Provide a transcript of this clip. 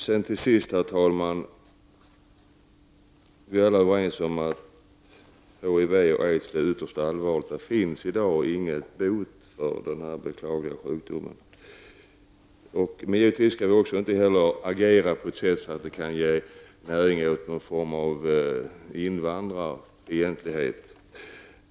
Vi är alla överens om att detta med HIV och aids är ytterst allvarligt. Det finns i dag ingen bot för denna beklagliga sjukdom. Man kan givetvis inte heller agera på ett sådant sätt att det ger näring åt någon form av invandrarfientlighet.